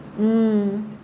mm